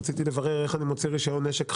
רציתי לברר איך אני מוציא רישיון נשק חדש.